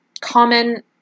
common